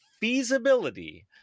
feasibility